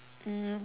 um